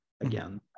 again